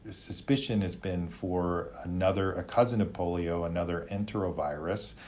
ah suspicion has been for another, a cousin of polio, another enterovirus,